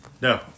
No